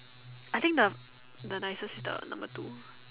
I think the the nicest is the number two